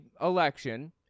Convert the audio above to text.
election